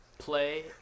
play